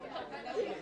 זה ממש